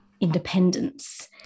independence